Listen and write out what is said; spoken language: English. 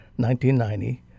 1990